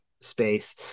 space